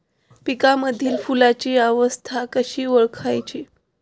पिकांमधील फुलांची अवस्था कशी ओळखायची?